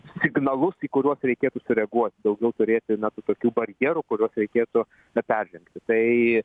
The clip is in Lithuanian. signalus į kuriuos reikėtų sureaguot daugiau turėti na tų tokių barjerų kuriuos reikėtų na peržengti tai